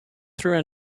through